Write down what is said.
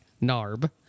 NARB